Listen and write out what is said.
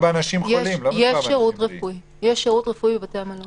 יש שירות רפואי בבתי המלון.